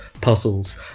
puzzles